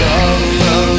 Love